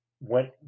went